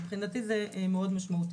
מבחינתי זה משמעותי מאוד.